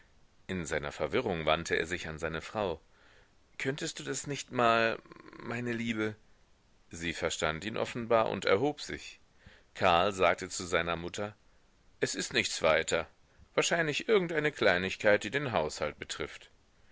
in seiner verwirrung wandte er sich an seine frau könntest du das nicht mal meine liebe sie verstand ihn offenbar und erhob sich karl sagte zu seiner mutter es ist nichts weiter wahrscheinlich irgend eine kleinigkeit die den haushalt betrifft